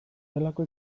gelako